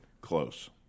Close